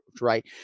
right